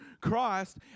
Christ